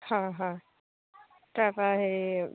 হয় হয় তাৰপৰা হেৰি